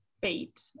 fate